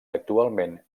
actualment